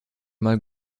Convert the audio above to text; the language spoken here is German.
mal